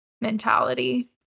mentality